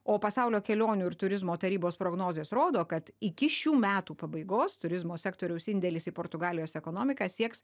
o pasaulio kelionių ir turizmo tarybos prognozės rodo kad iki šių metų pabaigos turizmo sektoriaus indėlis į portugalijos ekonomiką sieks